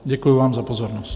Děkuji vám za pozornost.